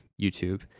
YouTube